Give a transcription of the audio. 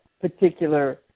particular